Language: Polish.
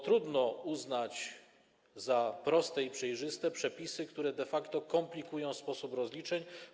Trudno uznać za proste i przejrzyste przepisy, które de facto komplikują sposób rozliczeń.